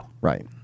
Right